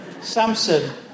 Samson